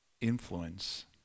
influence